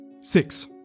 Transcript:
Six